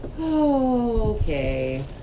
Okay